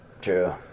True